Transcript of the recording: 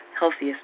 healthiest